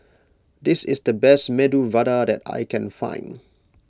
this is the best Medu Vada that I can find